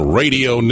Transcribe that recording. radio